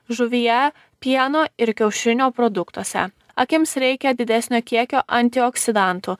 žuvyje pieno ir kiaušinio produktuose akims reikia didesnio kiekio antioksidantų